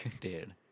dude